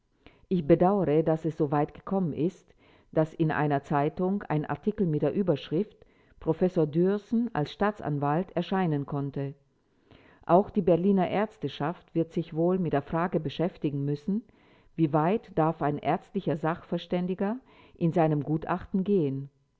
ich bedauere daß es so weit gekommen ist daß in einer zeitung ein artikel mit der überschrift professor dührßen als staatsanwalt erscheinen konnte auch die berliner ärzteschaft wird sich wohl mit der frage beschäftigen müssen wieweit darf ein ärztlicher sachverständiger in seinem gutachten gehen